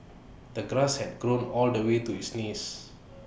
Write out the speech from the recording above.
the grass had grown all the way to his knees